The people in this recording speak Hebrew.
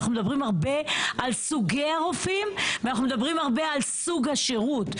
ואנחנו מדברים הרבה על סוגי הרופאים ואנחנו מדברים הרבה על סוג השירות.